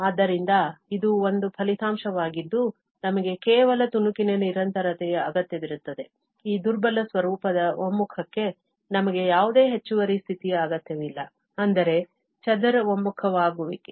ಆದ್ದರಿಂದ ಇದು ಒಂದು ಫಲಿತಾಂಶವಾಗಿದ್ದು ನಮಗೆ ಕೇವಲ ತುಣುಕಿನ ನಿರಂತರತೆಯ ಅಗತ್ಯವಿರುತ್ತದೆ ಈ ದುರ್ಬಲ ಸ್ವರೂಪದ ಒಮ್ಮುಖಕ್ಕೆ ನಮಗೆ ಯಾವುದೇ ಹೆಚ್ಚುವರಿ ಸ್ಥಿತಿಯ ಅಗತ್ಯವಿಲ್ಲ ಅಂದರೆ ಚದರ ಒಮ್ಮುಖವಾಗುವಿಕೆ